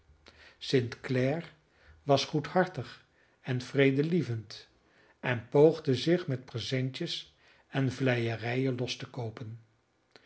clare was goedhartig en vredelievend en poogde zich met presentjes en vleierijen los te koopen